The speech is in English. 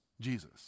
Jesus